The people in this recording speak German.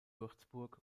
würzburg